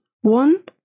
One